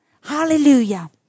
Hallelujah